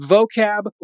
Vocab